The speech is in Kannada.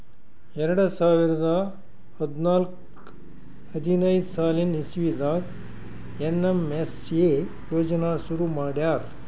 ಎರಡ ಸಾವಿರದ್ ಹದ್ನಾಲ್ಕ್ ಹದಿನೈದ್ ಸಾಲಿನ್ ಇಸವಿದಾಗ್ ಏನ್.ಎಮ್.ಎಸ್.ಎ ಯೋಜನಾ ಶುರು ಮಾಡ್ಯಾರ್